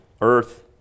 earth